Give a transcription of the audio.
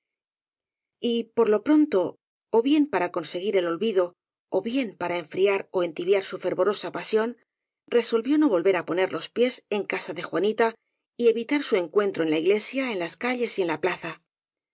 por lo pronto ó bien para conseguir el olvido ó bien para enfriar ó entibiar su fervorosa pasión resolvió no volver á poner los pies en casa de jua nita y evitar su encuentro en la iglesia en las calles y en la plaza